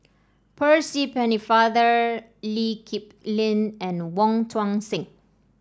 Percy Pennefather Lee Kip Lin and Wong Tuang Seng